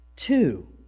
Two